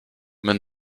when